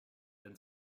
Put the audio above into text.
then